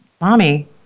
mommy